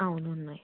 అవును ఉన్నాయి